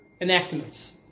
enactments